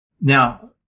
Now